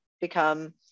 become